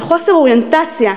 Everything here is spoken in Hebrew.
של חוסר אוריינטציה,